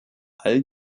all